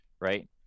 Right